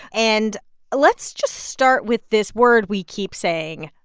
and let's just start with this word we keep saying,